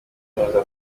yemeza